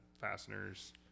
fasteners